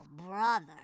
brother